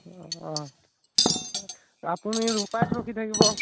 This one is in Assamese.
অ আপুনি ৰূপাইত ৰখি থাকিব